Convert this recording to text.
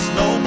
no